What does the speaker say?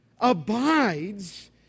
abides